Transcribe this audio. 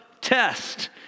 test